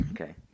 Okay